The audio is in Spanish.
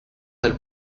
del